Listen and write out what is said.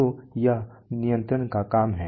तो यह नियंत्रण का काम है